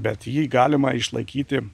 bet jį galima išlaikyti